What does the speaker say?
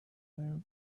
their